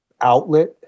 outlet